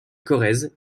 corrèze